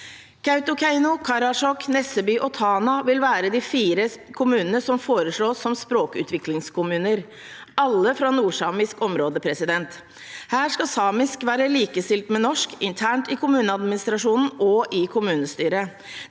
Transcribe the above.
Kautokeino, Karasjok, Nesseby og Tana vil være de fire kommunene som foreslås som språkutviklingskommuner, alle fra nordsamisk område. Her skal samisk være likestilt med norsk internt i kommuneadministra